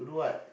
to do what